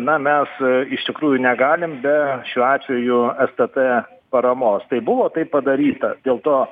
na mes iš tikrųjų negalim be šiuo atveju stt paramos tai buvo taip padaryta dėl to